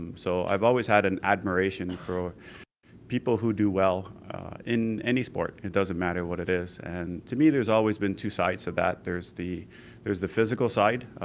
so i've always had an admiration for people who do well in any sport, it doesn't matter what it is. and to me there's always been two sides of that, there's the there's the physical side,